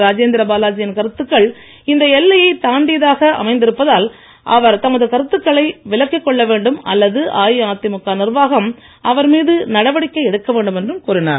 ராஜேந்திர பாலாஜியின் கருத்துக்கள் இந்த எல்லையை தாண்டியதாக அமைந்திருப்பதால் அவர் தமது கருத்துக்களை விளக்கிக் கொள்ள வேண்டும் அல்லது அஇஅதிமுக நிர்வாகம் அவர் மீது நடவடிக்கை எடுக்க வேண்டும் என்றும் கூறினார்